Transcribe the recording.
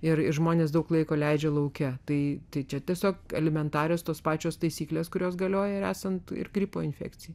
ir žmonės daug laiko leidžia lauke tai tai čia tiesiog elementarios tos pačios taisyklės kurios galioja ir esant ir gripo infekcijai